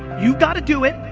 you've got to do it.